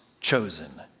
chosen